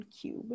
cube